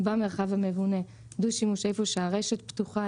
במרחב המבונה; איפה שהרשת פתוחה.